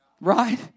Right